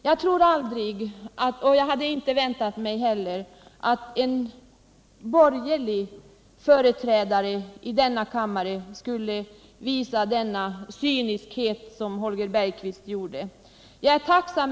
Jag hade inte väntat mig att en företrädare för de borgerliga partierna i denna kammare skulle visa den cynism som Holger Bergqvist gjorde sig skyldig till.